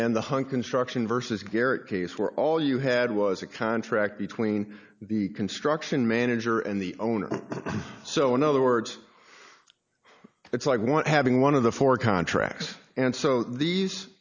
then the one construction versus garrett case where all you had was a contract between the construction manager and the owner so in other words it's like want having one of the four contracts and so these